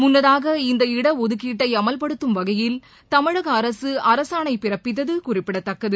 முன்னதாக இந்த இடஒதுக்கீட்டை அமல்படுத்தும் வகையில் தமிழக அரசு அரசாணை பிறப்பித்தது குறிப்பிடத்தக்கது